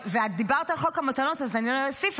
את דיברת על חוק המתנות אז לא אוסיף,